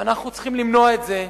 ואנחנו צריכים למנוע את זה.